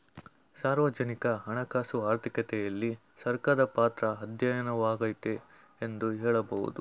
ಸಾರ್ವಜನಿಕ ಹಣಕಾಸು ಆರ್ಥಿಕತೆಯಲ್ಲಿ ಸರ್ಕಾರದ ಪಾತ್ರದ ಅಧ್ಯಯನವಾಗೈತೆ ಎಂದು ಹೇಳಬಹುದು